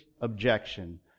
objection